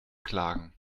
klagen